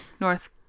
North